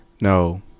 No